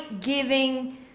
giving